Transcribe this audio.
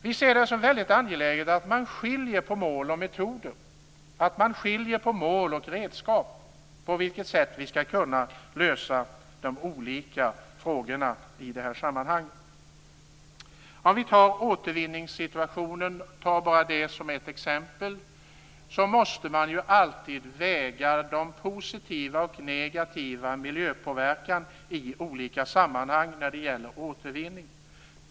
Vi ser det som väldigt angeläget att man skiljer på mål och metoder, på mål och redskap när det gäller frågan om på vilket sätt vi skall kunna lösa de olika problemen i det här sammanhanget. Låt oss ta återvinningssituationen som ett exempel. Man måste alltid väga positiv och negativ miljöpåverkan i olika sammanhang när det gäller återvinning.